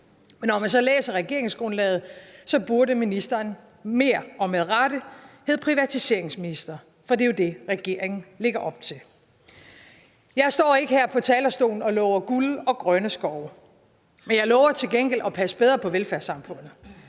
men når man så læser regeringsgrundlaget, burde ministeren snarere og med rette hedde privatiseringsminister, for det er jo det, regeringen lægger op til. Jeg står ikke her på talerstolen og lover guld og grønne skove, men jeg lover til gengæld at passe bedre på velfærdssamfundet.